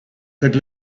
could